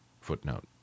Footnote